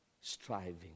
striving